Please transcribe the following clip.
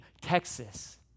Texas